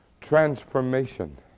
transformation